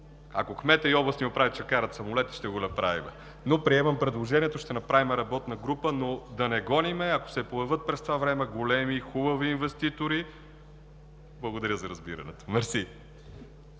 Ако кметът и областният управител ще карат самолета, ще го направим, приемам предложението – ще направим работна група, но да гоним, ако се появят през това време големи, хубави инвеститори… Благодаря за разбирането. Мерси.